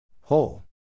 Whole